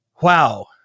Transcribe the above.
wow